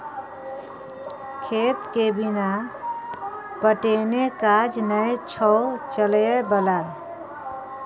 खेतके बिना पटेने काज नै छौ चलय बला